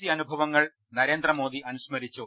C അനുഭവങ്ങൾ നരേന്ദ്രമോദി അനുസ്മരിച്ചു